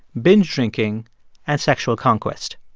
binge drinking and sexual conquest,